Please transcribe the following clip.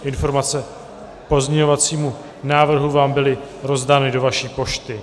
Informace k pozměňovacímu návrhu vám byly rozdány do vaší pošty.